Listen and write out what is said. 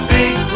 Big